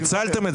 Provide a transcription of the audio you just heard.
פיצלתם את